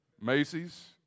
Macy's